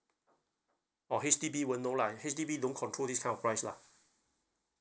oh H_D_B won't know lah H_D_B don't control this kind of price lah